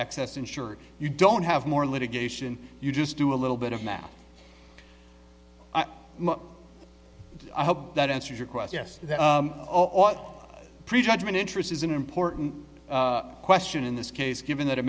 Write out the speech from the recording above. excess insured you don't have more litigation you just do a little bit of math i hope that answers your question prejudgment interest is an important question in this case given that it